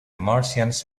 martians